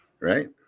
Right